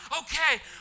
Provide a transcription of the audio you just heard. Okay